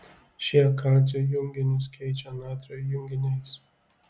šie kalcio junginius keičia natrio junginiais